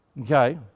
Okay